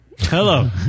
Hello